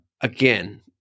Again